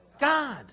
God